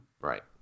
Right